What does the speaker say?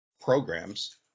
programs